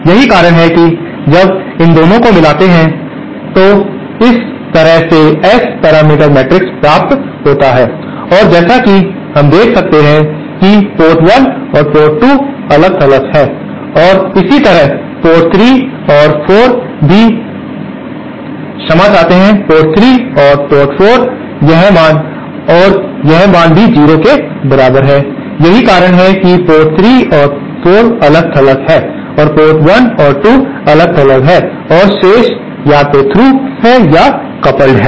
और यही कारण है कि जब इन दोनों को मिलाते हैं तो इस तरह के एस पैरामीटर मैट्रिक्स प्राप्त होता हैं और जैसा कि हम देख सकते हैं कि पोर्ट 1 और 2 अलग थलग हैं और इसी तरह पोर्ट 3 और 4 भी वे भी क्षमा चाहते हैं पोर्ट 3 और पोर्ट 4 यह मान और यह मान भी 0 के बराबर है यही कारण है कि पोर्ट 3 और 4 अलग थलग हैं और पोर्ट 1 और 2 अलग थलग हैं और शेष या तो थ्रू हैं या कपल्ड हैं